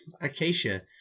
acacia